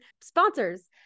sponsors